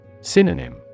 Synonym